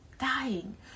dying